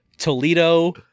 Toledo